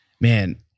man